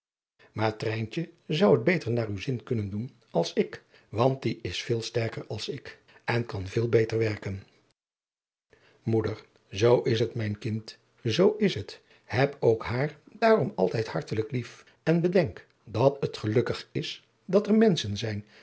zou het beter naar uw zin kunnen doen als ik want die is veel sterker als ik en kan veel beter werken moeder zoo is t mijn kind zoo is t heb ook haar daarom altijd hartelijk lief en bedenk dat het gelukkig is dat er menschen zijn